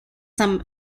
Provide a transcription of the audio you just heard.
some